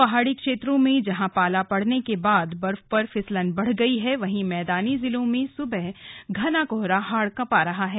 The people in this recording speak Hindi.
पहाड़ी क्षेत्रों में जहां पाला पड़ने के बाद बर्फ पर फिसलन बढ़ गई है वहीं मैदानी जिलों में सुबह घना कोहरा हाड़ कंपा रहा है